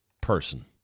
person